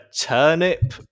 turnip